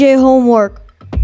Homework